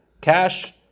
cash